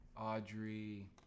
Audrey